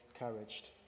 encouraged